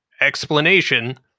explanation